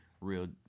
real